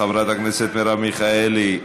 חברת הכנסת מרב מיכאלי,